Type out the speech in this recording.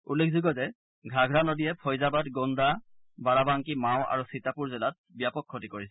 উল্লেখযোগ্য যে ঘাঘৰা নদীয়ে ফৈজাবাদ গোণ্ডা বাৰাবাংকি মাও আৰু চিতাপুৰ জিলাত ব্যাপক ক্ষতি কৰিছে